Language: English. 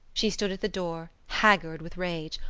she stood at the door, haggard with rage,